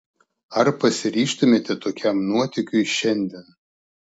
ar pasiryžtumėte tokiam nuotykiui šiandien